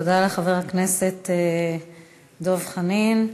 תודה לחבר הכנסת דב חנין.